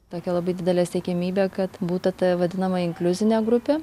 tokia labai didelė siekiamybė kad būtų ta vadinama inkliuzinė grupė